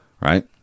Right